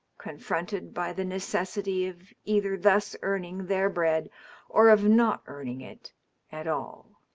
confronted by the necessity of either thus earning their bread or of not earning it at all.